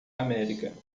américa